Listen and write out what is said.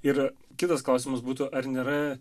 ir kitas klausimas būtų ar nėra